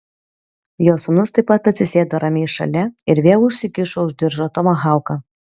jo sūnus taip pat atsisėdo ramiai šalia ir vėl užsikišo už diržo tomahauką